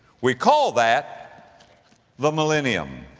we call that the millennium.